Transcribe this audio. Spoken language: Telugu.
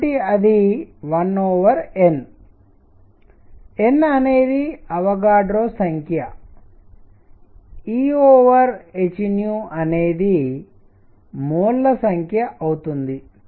కాబట్టి అది 1N N అనేది అవగాడ్రో సంఖ్య Ehఅనేది మోల్స్ సంఖ్య అవుతుంది